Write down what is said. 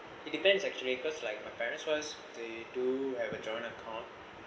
it depends actually cause like my parents once they do have a joint account